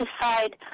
decide